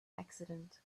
accident